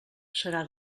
serà